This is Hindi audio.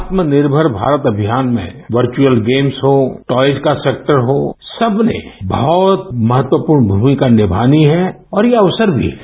आत्मनिर्मर भास्त अभियान में वर्चुअल गेम्स हो टॉप का सेक्टर हो सबने बहुत महत्वपूर्ण भूमिका निमानी है और ये अक्सर भी है